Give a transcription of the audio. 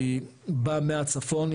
היא באה מהצפון,